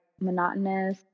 monotonous